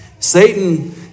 Satan